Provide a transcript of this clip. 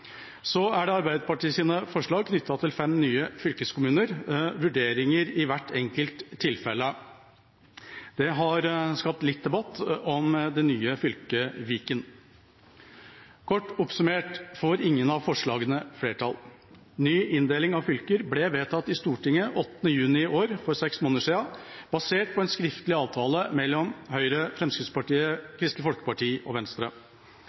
Så er det Arbeiderpartiets forslag knyttet til fem nye fylkeskommuner og vurderinger i hvert enkelt tilfelle. Det har skapt litt debatt om det nye fylket Viken. Kort oppsummert får ingen av forslagene flertall. Ny inndeling av fylker ble vedtatt i Stortinget 8. juni i år, for seks måneder siden, basert på en skriftlig avtale mellom Høyre, Fremskrittspartiet, Kristelig Folkeparti og Venstre.